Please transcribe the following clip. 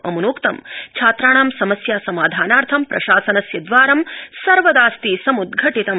अमुनोक्तं छात्राणां समस्या समाधानार्थ प्रशासनस्य दवारं सर्वदास्ति समृदघटितम्